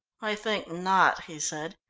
i think not, he said,